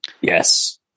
Yes